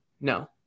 No